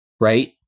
right